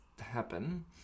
happen